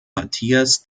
mathias